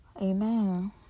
amen